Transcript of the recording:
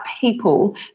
people